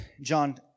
John